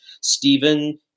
Stephen